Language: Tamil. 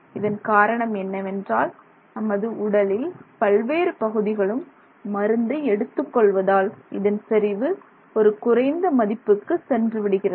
இதன் காரணம் என்னவென்றால் நமது உடலில் பல்வேறு பகுதிகளும் மருந்தை எடுத்துக் கொள்வதால் இதன் செறிவு ஒரு குறைந்த மதிப்புக்கு சென்றுவிடுகிறது